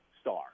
star